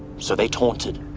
so they taunted,